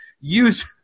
use